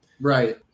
Right